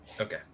okay